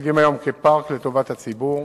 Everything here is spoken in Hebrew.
המתפקדים היום כפארק לטובת הציבור.